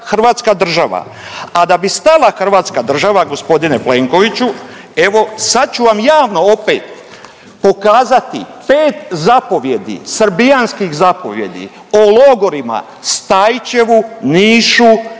hrvatska država, a da bi stala hrvatska država gospodine Plenkoviću evo sad ću vam javno opet pokazati 5 zapovjedi, srbijanskih zapovijedi o logorima Stajićevu, Nišu,